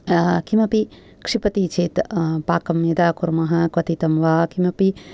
किमपि क्षिपति चेत् पाकं यदा कुर्म क्वतिथं वा किमपि